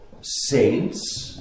saints